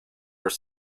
were